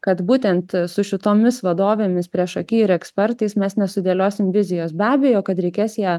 kad būtent su šitomis vadovėmis priešaky ir ekspertais mes nesudėliosim vizijos be abejo kad reikės ją